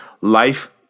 life